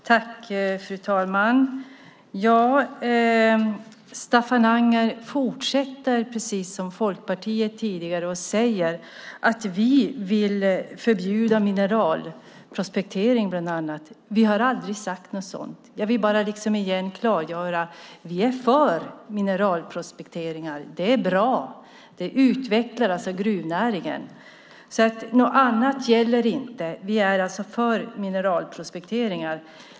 Fru talman! Staffan Anger fortsätter, precis som Folkpartiet tidigare, att säga att vi vill förbjuda mineralprospektering bland annat. Vi har aldrig sagt något sådant. Jag vill åter klargöra att vi är för mineralprospektering. Det är bra. Det utvecklar gruvnäringen. Något annat gäller inte. Vi är alltså för mineralprospektering.